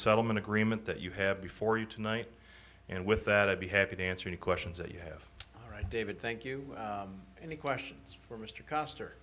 settlement agreement that you have before you tonight and with that i'd be happy to answer any questions that you have right david thank you any questions for mr koster